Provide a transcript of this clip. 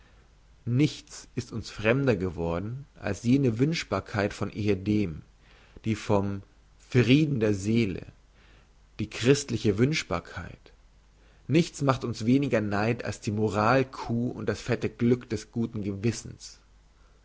nichts ist uns fremder geworden als jene wünschbarkeit von ehedem die vom frieden der seele die christliche wünschbarkeit nichts macht uns weniger neid als die moral kuh und das fette glück des guten gewissens